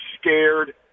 scared